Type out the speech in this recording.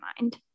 mind